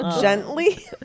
Gently